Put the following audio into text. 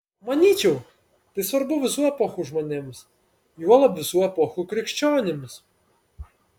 manyčiau tai svarbu visų epochų žmonėms juolab visų epochų krikščionims